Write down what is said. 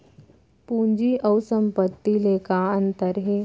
पूंजी अऊ संपत्ति ले का अंतर हे?